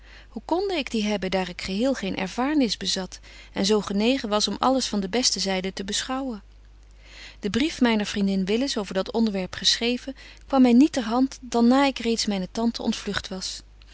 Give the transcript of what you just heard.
hoe konde ik die hebben daar ik geheel geen ervaarnis bezat en zo genegen was om alles van de beste zyde te beschouwen de brief myner vriendin willis over dat onderwerp geschreven kwam my niet ter hand dan na ik reeds myne tante ontvlugt was